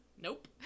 nope